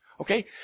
Okay